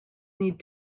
need